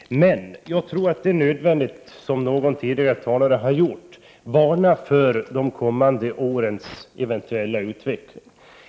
Men jag tror att det är nödvändigt att, som någon tidigare talare gjorde, varna för utvecklingen under de kommande åren.